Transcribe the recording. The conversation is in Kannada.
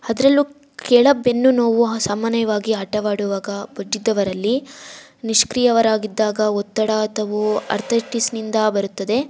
ಅದ್ರಲ್ಲೂ ಕೆಳ ಬೆನ್ನು ನೋವು ಸಾಮಾನ್ಯವಾಗಿ ಆಟವಾಡುವಾಗ ಬೊಜ್ಜಿದ್ದವರಲ್ಲಿ ನಿಷ್ಕ್ರಿಯವರಾಗಿದ್ದಾಗ ಒತ್ತಡ ಅಥವಾ ಅರ್ತೈಟಿಸ್ನಿಂದ ಬರುತ್ತದೆ